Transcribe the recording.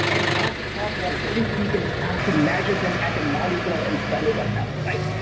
and our part was what if we can start to measure them at a molecular and cellular level, right?